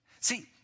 See